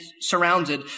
surrounded